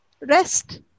rest